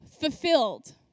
fulfilled